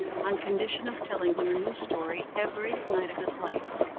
on condition of telling him a new story every night of his life,